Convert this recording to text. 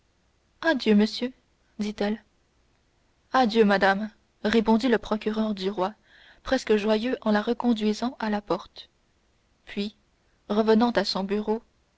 adieu monsieur dit-elle adieu madame répondit le procureur du roi presque joyeux en la reconduisant jusqu'à la porte puis revenant à son bureau